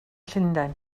llundain